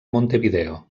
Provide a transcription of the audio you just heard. montevideo